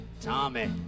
Tommy